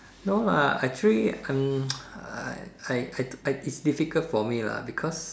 no lah actually I'm I I I is difficult for me lah because